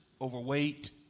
overweight